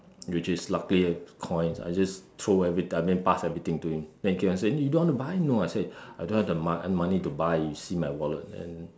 which is luckily coins I just throw everything I mean pass everything to him then keep on saying you don't want to buy no I said I don't have the mon~ money to buy you see my wallet and